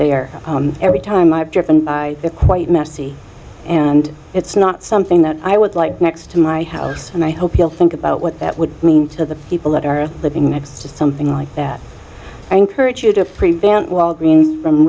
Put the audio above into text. there every time i've driven by it quite messy and it's not something that i would like next to my house and i hope you'll think about what that would mean to the people that are living next to something like that i encourage you to prevent walgreen from